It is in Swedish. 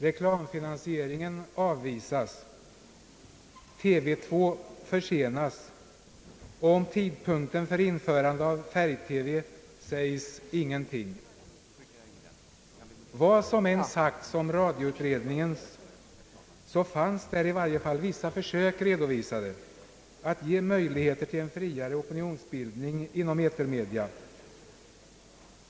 Reklamfinansiering en avvisas, TV 2 försenas, och om tidpunkten för införande av färg-TV sägs ingenting. Vad som än sagts om radioutredningen så fanns där i varje fall vissa försök redovisade att ge möjligheter till en friare opinionsbildning inom etermedia.